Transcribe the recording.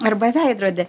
arba veidrodį